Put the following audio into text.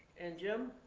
and jim,